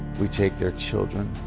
we take their children.